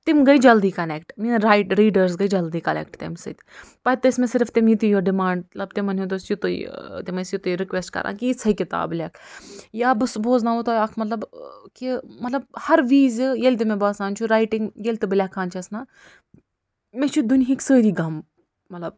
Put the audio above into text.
تِم گٔے جلدی کنٮ۪کٹ میٛٲنۍ رایڈ ریٖڈٲرٕس گٔے جلدی کلٮ۪کٹ تَمہِ سۭتۍ پتہٕ ٲسۍ مےٚ صِرف تَمی تہِ یوت ڈِمانٛڈ تِمن ہُنٛد اوس یُتٕے تِم ٲسۍ یُتٕے رِکوٮ۪سٹ کَران کہِ یِژَھے کِتابہٕ لٮ۪کھ یا بٕسہٕ بوزناوو تۄہہِ اکھ مطلب کہِ مطلب ہرٕ ویٖزِ ییٚلہِ تہِ مےٚ باسان چھُ رایٹِنٛگ ییٚلہِ بہٕ لٮ۪کھان چھَس نَہ مےٚ چھِ دُنہِکۍ سٲری غم مطلب